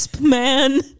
man